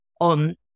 on